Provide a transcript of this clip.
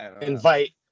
Invite